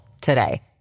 today